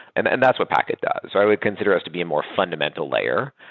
and and that's what packet does. i would consider us to be a more fundamental layer.